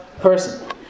person